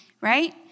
right